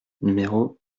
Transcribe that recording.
numéro